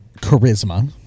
charisma